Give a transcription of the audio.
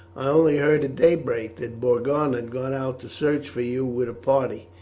i only heard at daybreak that borgon had gone out to search for you with a party.